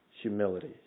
Humility